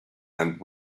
and